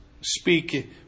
Speak